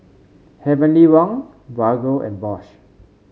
Heavenly Wang Bargo and Bosch